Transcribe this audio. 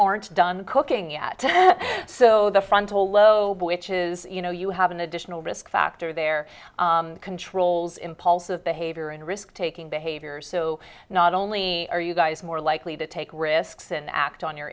aren't done cooking yet so the frontal lobe which is you know you have an additional risk factor there controls impulsive behavior and risk taking behavior so not only are you guys more likely to take risks and act on your